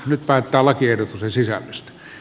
nyt päätetään lakiehdotusten sisällöstä